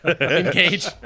engage